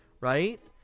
right